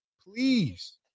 please